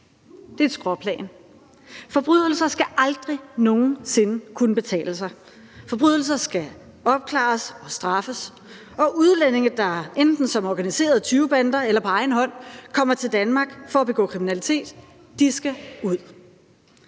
Det er et skråplan. Forbrydelser skal aldrig nogen sinde kunne betale sig. Forbrydelser skal opklares og straffes, og udlændinge, der enten som organiserede tyvebander eller på egen hånd kommer til Danmark for at begå kriminalitet, skal ud.